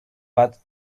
but